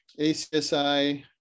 ACSI